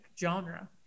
genre